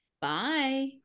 bye